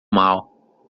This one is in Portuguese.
mal